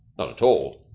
not at all,